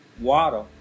water